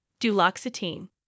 Duloxetine